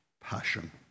passion